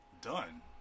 done